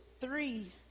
three